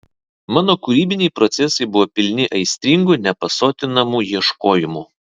mano kūrybiniai procesai buvo pilni aistringų nepasotinamų ieškojimų